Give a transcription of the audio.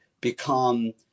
become –